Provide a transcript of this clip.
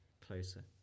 closer